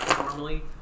normally